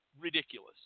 ridiculous